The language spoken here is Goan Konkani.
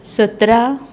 सतरा